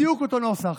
בדיוק אותו נוסח.